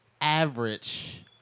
average